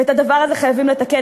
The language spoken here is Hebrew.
ואת הדבר הזה חייבים לתקן.